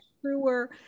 truer